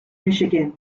michigan